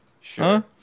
Sure